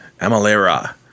Amalera